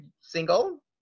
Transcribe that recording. single